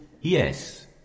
Yes